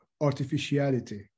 artificiality